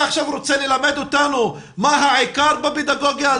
אתה עכשיו רוצה ללמד אותנו מה העיקר בפדגוגיה?